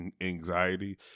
anxiety